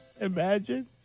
Imagine